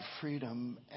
freedom